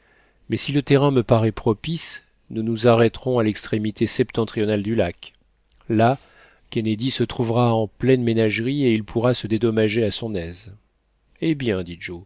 mais si le terrain me parait propice nous nous arrêterons à l'extrémité septentrionale du lac là kennedy se trouvera en pleine ménagerie et il pourra se dédommager à son aise eh bien dit